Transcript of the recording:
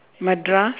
madras